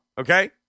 okay